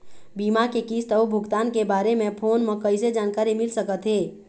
बीमा के किस्त अऊ भुगतान के बारे मे फोन म कइसे जानकारी मिल सकत हे?